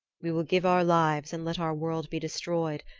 we will give our lives and let our world be destroyed,